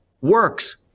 works